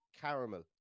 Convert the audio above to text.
caramel